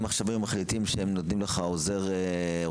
אם הם עכשיו היו מחליטים שהם נותנים לך עוזר רופא